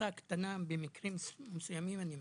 פרצה קטנה במקרים מסוימים, אני מסכים.